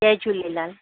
Jay Jhulelal